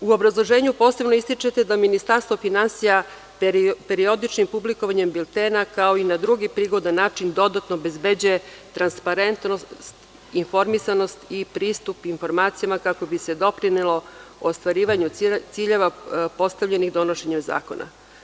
U obrazloženju posebno ističete da Ministarstvo finansija periodičnim publikovanjem biltena kao i na drugi prigodan način dodatno obezbeđuje transparentnost, informisanost i pristup informacijama kako bi se doprinelo ostvarivanju ciljeva postavljenih donošenjem zakona.